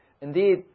Indeed